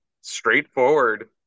straightforward